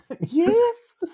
yes